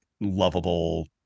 lovable